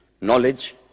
knowledge